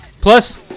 Plus